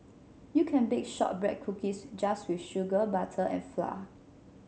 you can bake shortbread cookies just with sugar butter and flour